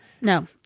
No